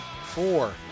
four